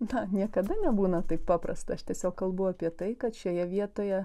na niekada nebūna taip paprasta aš tiesiog kalbu apie tai kad šioje vietoje